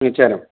ம் சரி